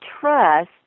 trust